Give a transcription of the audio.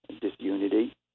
disunity